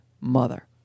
mother